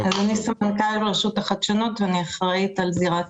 אני סמנכ"לית ברשות החדשנות ואני אחראית על זירת